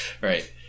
Right